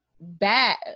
bad